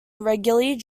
irregularly